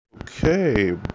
Okay